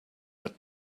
red